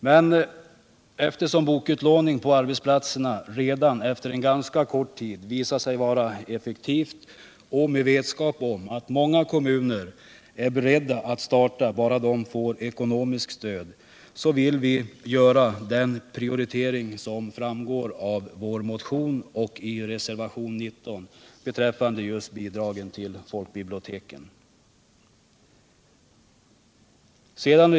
Men eftersom bokutlåningen på arbetsplat 51 serna redan efter en ganska kort tid visar sig vara effektiv, och med vetskap om att många kommuner är beredda att starta bara de får ekonomiskt stöd, så vill vi görå den prioritering som framgår av vår motion och i reservationen 19 beträffande bidragen till folkbiblioteken.